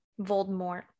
voldemort